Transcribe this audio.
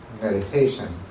meditation